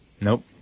Nope